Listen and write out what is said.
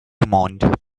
monde